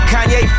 Kanye